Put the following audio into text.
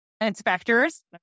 inspectors